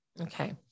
Okay